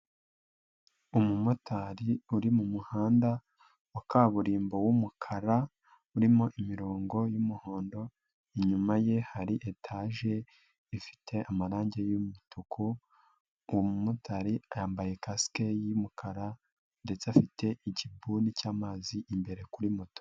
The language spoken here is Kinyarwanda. Umumotari uri mumuhanda wa kaburimbo w'umukara, urimo imirongo y'umuhondo, inyuma ye hari etaje ifite amarangi y'umutuku, umumotari yambaye kasike y'umukara ndetse afite igipuni cy'amazi imbere kuri moto.